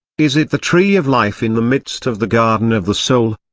is it the tree of life in the midst of the garden of the soul?